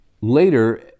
Later